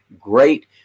great